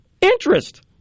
Interest